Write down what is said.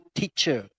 teacher